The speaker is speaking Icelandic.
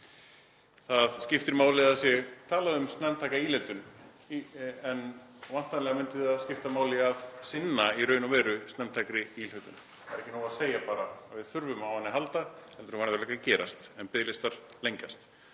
Það skiptir máli að það sé talað um snemmtæka íhlutun en væntanlega myndi það skipta máli að sinna í raun og veru snemmtækri íhlutun, það er ekki nóg að segja bara að við þurfum á henni að halda heldur verður eitthvað að gerast. En biðlistar lengjast